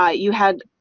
ah you had